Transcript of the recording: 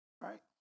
Right